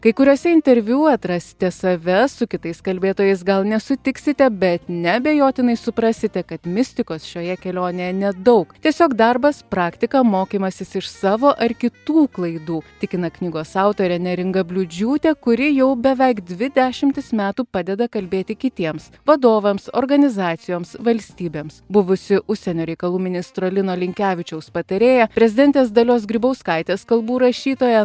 kai kuriuose interviu atrasti save su kitais kalbėtojais gal nesutiksite bet neabejotinai suprasite kad mistikos šioje kelionėje nedaug tiesiog darbas praktika mokymasis iš savo ar kitų klaidų tikina knygos autorė neringa bliūdžiūtė kuri jau beveik dvi dešimtis metų padeda kalbėti kitiems vadovams organizacijoms valstybėms buvusi užsienio reikalų ministro lino linkevičiaus patarėja prezidentės dalios grybauskaitės kalbų rašytoja